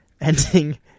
ending